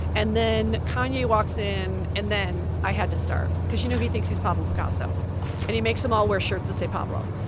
and then kanye walks in and then i had to start because you know he thinks he's pablo picasso and he makes them all wear shirts that say pablo.